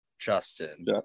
Justin